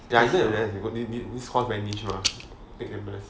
ya I know got new need need this course management mah H_M_S